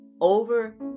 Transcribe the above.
over